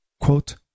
quote